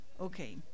Okay